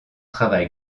travail